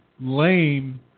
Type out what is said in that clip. lame